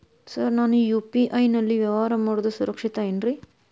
Sir ನಾನು UPI ನಲ್ಲಿ ವ್ಯವಹಾರ ಮಾಡೋದು ಸುರಕ್ಷಿತ ಏನ್ರಿ?